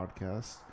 podcast